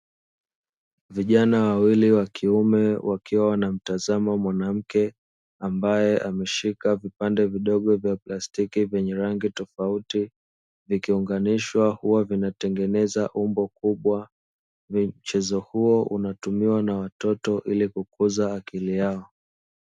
Vijana wawili wakiume wakiwa wanamtazama mwanamke ambaye ameshika vipande vidogo vya plastiki vyenye rangi tofauti vikiunganishwa huwa vinatengeneza umbo kubwa, mchezo huo unatumiwa na watoto ili kukuza akili yao.